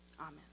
Amen